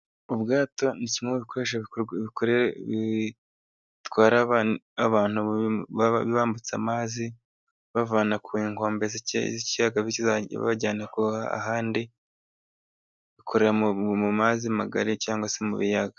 Ubwato ni kimwe mu bikoresho bitwara abantu bambutse amazi, bibavana ku nkombe z'ikiyaga bibajyana ahandi. Bukorera mu mazi magari cyangwa se mu biyaga.